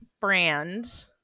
Brand